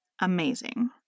amazing